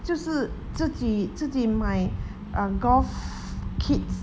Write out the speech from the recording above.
就是自己自己买 um golf kit